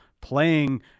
playing